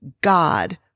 God